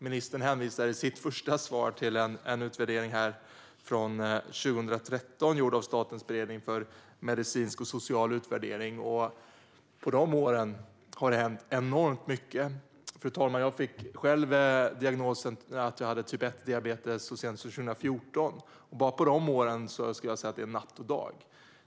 Ministern hänvisade i sitt första svar till utvärdering från 2013 gjord av Statens beredning för medicinsk och social utvärdering. Under åren sedan dess har det hänt enormt mycket. Fru talman! Jag fick själv diagnosen typ 1-diabetes så sent som 2014. På de år som gått sedan dess är skillnaden som natt och dag.